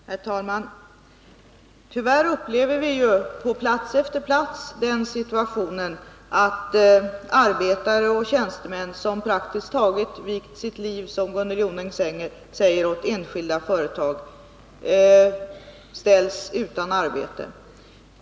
Herr talman! Tyvärr upplever vi på plats efter plats den situationen att arbetare och tjänstemän som praktiskt taget vigt sitt liv, som Gunnel Jonäng säger, åt enskilda företag ställs utan arbete.